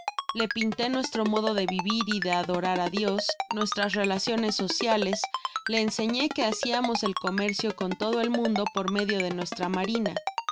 le pinté nuestro modo de vivir y de adorar á dios nuestras relaciones sociales le enseñó que haciamos el comercio con todo el mundo por medio de nuestra marina